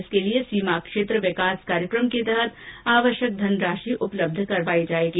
इसके लिए सीमा क्षेत्र विकास कार्यक्रम के तहत आवश्यक धनराशि उपलब्ध करवाई जाएगी